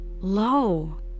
Lo